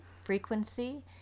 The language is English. frequency